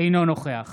אינו נוכח